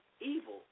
evil